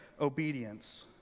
obedience